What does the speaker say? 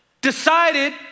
decided